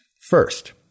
first